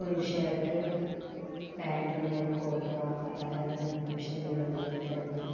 full shirt pant ಮೇಲು coat ಹಾಕ್ಕೊತಾರೆ ಬೇರೆ ಫಂಕ್ಷನ್ಗಳಲ್ಲಿ ಅದರಲ್ಲಿ